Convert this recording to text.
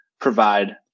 provide